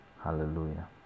Hallelujah